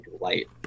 light